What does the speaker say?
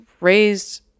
raised